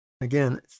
Again